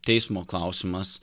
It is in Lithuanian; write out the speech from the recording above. teismo klausimas